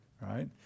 right